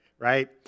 right